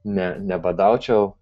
ne nebadaučiau